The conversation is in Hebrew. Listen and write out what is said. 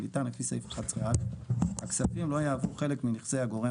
שניתן לפי סעיף 11א'. הכספים לא יהוו חלק מנכסי הגורם